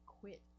quit